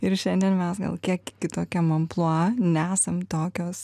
ir šiandien mes gal kiek kitokiam amplua nesam tokios